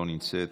ולכנסת